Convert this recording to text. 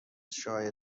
شایع